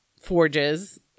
forges